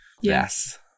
Yes